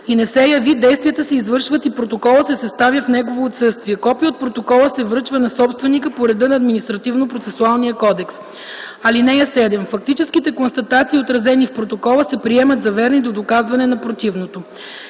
и не се яви, действията се извършват и протоколът се съставя в негово отсъствие. Копие от протокола се връчва на собственика по реда на Административнопроцесуалния кодекс. (7) Фактическите констатации, отразени в протокола, се приемат за верни до доказване на противното.